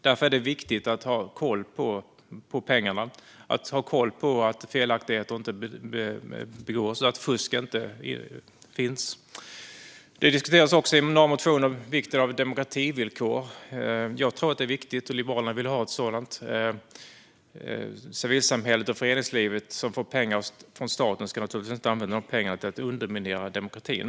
Därför är det viktigt att ha koll på pengarna, på att felaktigheter inte begås och på att fusk inte förekommer. I några motioner diskuteras också vikten av demokrativillkor. Jag tror att det är viktigt, och Liberalerna vill ha ett sådant. Civilsamhället och föreningslivet ska naturligtvis inte använda de pengar de får av staten till att underminera demokratin.